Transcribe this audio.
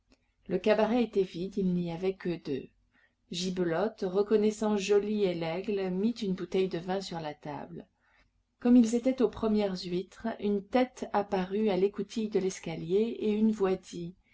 le cabaret était vide il n'y avait qu'eux deux gibelotte reconnaissant joly et laigle mit une bouteille de vin sur la table comme ils étaient aux premières huîtres une tête apparut à l'écoutille de l'escalier et une